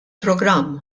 programm